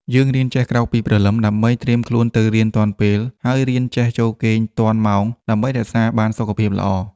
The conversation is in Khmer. យើងរៀនចេះក្រោកពីព្រលឹមដើម្បីត្រៀមខ្លួនទៅរៀនទាន់ពេល ហើយរៀនចេះចូលគេងទាន់ម៉ោងដើម្បីរក្សាបានសុខភាពល្អ។